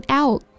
out